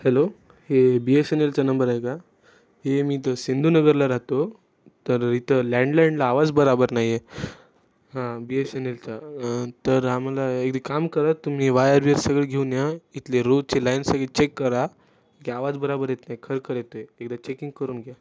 hello हे B S N एलचा number आहे का हे मी इथे सिंधू नगरला राहतो तर इथे लँडलाईनला आवाज बरोबर नाही आहे हां बी एस एन एलचा तर आम्हाला एकदा काम करा तुम्ही वायर बीयर सगळं घेऊन या इथले रोजचे लाईन सगळी चेक करा क की आवाज बराबर येत नाही खरखर येते एकदा चेकिंग करून घ्या